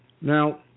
Now